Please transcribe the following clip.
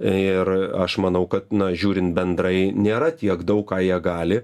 ir aš manau kad na žiūrint bendrai nėra tiek daug ką jie gali